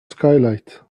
skylight